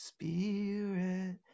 Spirit